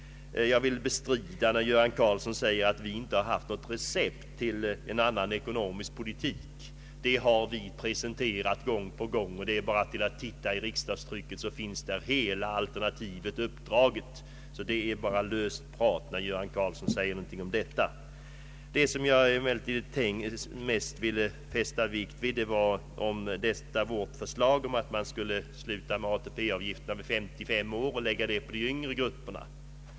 Jag vill bestrida herr Göran Karlssons uttalande att centerpartiet inte har något recept för en annan ekonomisk politik. Det har vi presenterat gång på gång, och om man tittar i riksdagstrycket finner man hela alternativet uppdraget. Det är bara löst prat när herr Göran Karlsson kommer med denna beskyllning. Sedan vill jag bemöta vad herr Karlsson sade om vårt förslag att man skulle sluta med att ta ut ATP-avgift vid 55 års ålder och lägga dessa avgifter på de yngre grupperna.